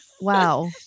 Wow